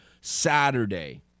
Saturday